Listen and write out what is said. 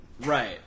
Right